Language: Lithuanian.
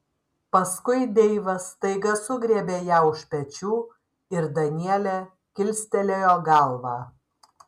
paskui deivas staiga sugriebė ją už pečių ir danielė kilstelėjo galvą